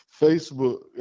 Facebook